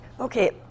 Okay